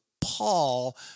Paul